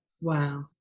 Wow